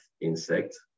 insect